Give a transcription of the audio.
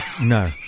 No